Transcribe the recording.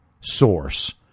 source